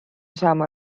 saama